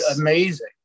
Amazing